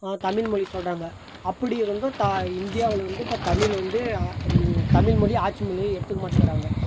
தமிழ்மொழி சொல்கிறாங்க அப்படி இருந்தும் தா இந்தியாவில் வந்து இப்போ தமிழ் வந்து தமிழ்மொழி ஆட்சி மொழியாக எடுத்துக்க மாட்டேங்கிறாங்க